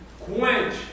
quench